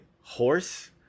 horse